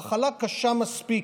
המחלה קשה מספיק.